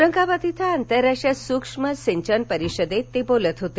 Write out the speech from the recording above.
औरंगाबाद इथं आंतरराष्ट्रीय सूक्ष्म सिंचन परिषदेत ते बोलत होते